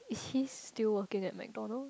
is his still working in McDonald's